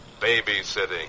babysitting